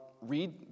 read